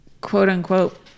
quote-unquote